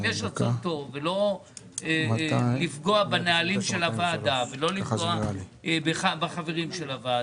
אם יש רצון טוב ולא רוצים לפגוע בנהלי הוועדה ולא לפגוע בחברי הוועדה,